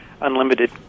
unlimited